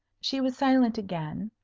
she was silent again.